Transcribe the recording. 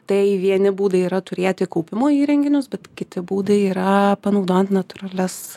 tai vieni būdai yra turėti kaupimo įrenginius bet kiti būdai yra panaudojant natūralias